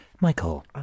Michael